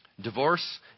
Divorce